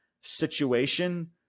situation